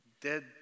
dead